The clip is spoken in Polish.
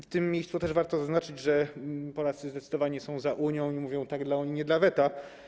W tym miejscu też warto zaznaczyć, że Polacy zdecydowanie są za Unią i mówią: tak dla Unii, nie dla weta.